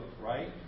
right